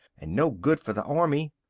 and no good for the army.